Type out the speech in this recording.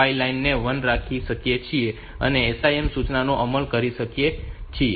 5 line 1 રાખી શકીએ અને SIM સૂચનાનો અમલ કરી શકીએ છીએ